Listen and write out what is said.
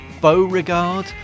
Beauregard